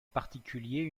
particulier